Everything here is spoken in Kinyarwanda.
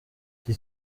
iki